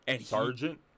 Sergeant